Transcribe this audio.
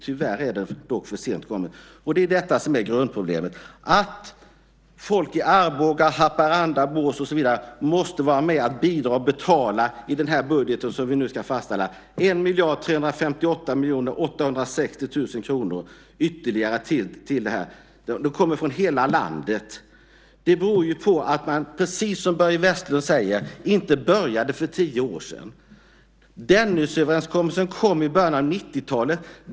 Tyvärr är den dock för sent kommen. Grundproblemet är att folk i Arboga, Haparanda, Borås och så vidare måste vara med och betala, genom den budget som vi nu ska fastställa, ytterligare 1 358 860 000 kr till detta. De kommer från hela landet. Det beror på att man, precis som Börje Vestlund säger, inte började för tio år sedan. Dennisöverenskommelsen kom i början av 90-talet.